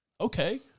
okay